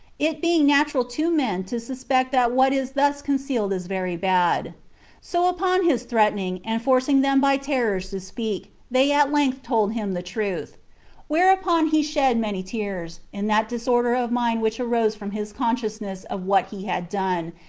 it being natural to men to suspect that what is thus concealed is very bad so upon his threatening, and forcing them by terrors to speak, they at length told him the truth whereupon he shed many tears, in that disorder of mind which arose from his consciousness of what he had done,